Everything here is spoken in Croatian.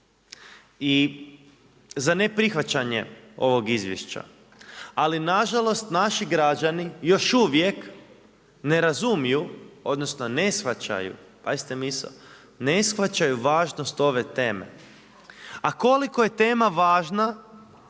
i za neprihvaćanje ovog izvješća. Ali nažalost naši građani još uvijek ne razumiju odnosno ne shvaćaju pazite misao, ne shvaćaju važnost ove teme. A koliko je tema važna,